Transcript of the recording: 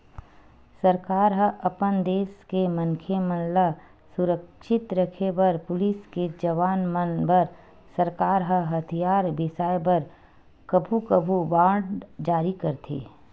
सरकार ह अपन देस के मनखे मन ल सुरक्छित रखे बर पुलिस के जवान मन बर सरकार ह हथियार बिसाय बर कभू कभू बांड जारी करथे